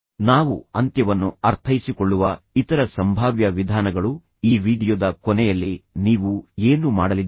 ನಾವು ಅಂತ್ಯವನ್ನು ಅರ್ಥೈಸಿಕೊಳ್ಳುವ ಇತರ ಸಂಭಾವ್ಯ ವಿಧಾನಗಳುಃ ಈ ವೀಡಿಯೊ ದ ಕೊನೆಯಲ್ಲಿ ನೀವು ಏನು ಮಾಡಲಿದ್ದೀರಿ